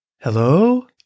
hello